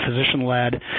physician-led